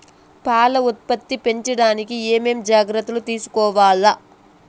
పాల ఉత్పత్తి పెంచడానికి ఏమేం జాగ్రత్తలు తీసుకోవల్ల?